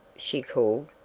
she called,